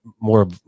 more